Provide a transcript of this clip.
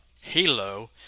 Halo